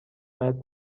باید